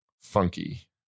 funky